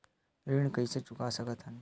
ऋण कइसे चुका सकत हन?